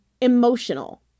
emotional